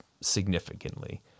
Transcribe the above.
significantly